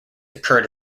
occurred